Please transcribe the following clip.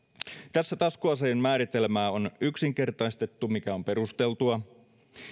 tässä taskuaseen määritelmää on yksinkertaistettu mikä on perusteltua